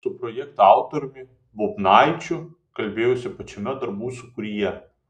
su projekto autoriumi bubnaičiu kalbėjausi pačiame darbų sūkuryje